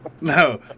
No